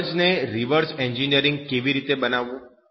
મગજને reverse engineer કેવી રીતે બનાવવું